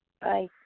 Bye